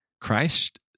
Christ